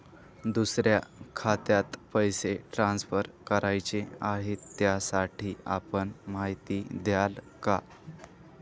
दुसऱ्या खात्यात पैसे ट्रान्सफर करायचे आहेत, त्यासाठी आपण माहिती द्याल का?